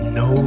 no